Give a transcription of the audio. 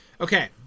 okay